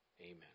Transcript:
Amen